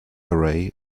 array